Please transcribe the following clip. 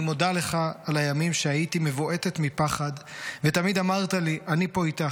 אני מודה לך על הימים שהייתי מבועתת מפחד ותמיד אמרת לי: 'אני פה איתך.